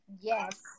Yes